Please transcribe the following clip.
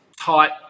tight